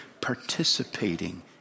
participating